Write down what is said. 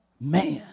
man